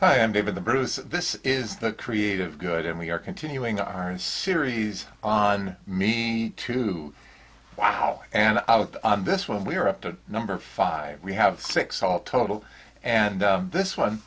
am david the bruce this is the creative good and we are continuing our series on me to wow and out on this one we're up to number five we have six all total and this one